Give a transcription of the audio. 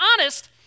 honest